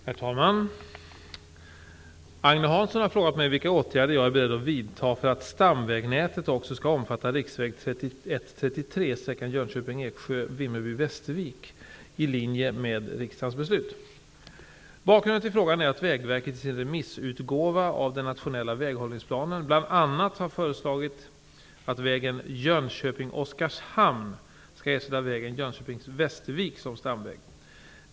Herr talman! Agne Hansson har frågat mig vilka åtgärder jag är beredd att vidta för att stamvägnätet också skall omfatta riksväg 31/33 sträckan Bakgrunden till frågan är att Vägverket i sin remissutgåva av den nationella väghållningsplanen bl.a. har föreslagit att vägen Jönköping-- Västervik som stamväg.